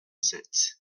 sept